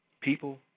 People